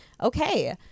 Okay